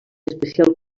especial